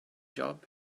job